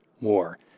war